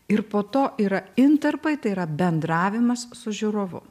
ir po to yra intarpai tai yra bendravimas su žiūrovu